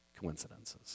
Coincidences